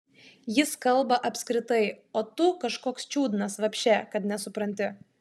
jis kalba apskritai o tu kažkoks čiudnas vapše kad nesupranti